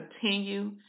continue